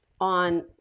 on